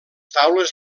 taules